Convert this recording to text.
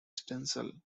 stencil